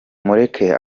mureke